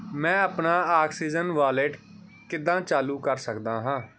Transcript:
ਮੈਂ ਆਪਣਾ oxygen wallet ਕਿੱਦਾਂ ਚਾਲੂ ਕਰ ਸਕਦਾ ਹਾਂ